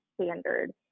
standard